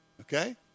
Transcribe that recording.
Okay